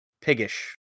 Piggish